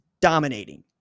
dominating